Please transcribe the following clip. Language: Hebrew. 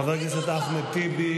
חבר הכנסת אחמד טיבי,